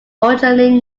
originally